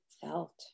felt